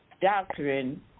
doctrine